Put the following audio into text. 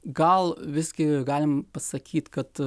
gal visgi galim pasakyt kad